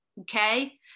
okay